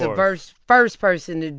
the first first person ah